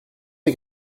des